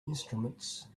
instruments